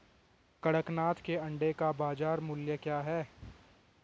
कड़कनाथ के अंडे का बाज़ार मूल्य क्या है?